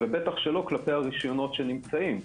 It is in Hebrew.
ובטח לא כלפי הרשיונות שנמצאים.